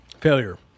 Failure